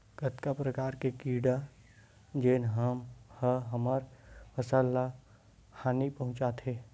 कतका प्रकार के कीड़ा जेन ह हमर फसल ल हानि पहुंचाथे?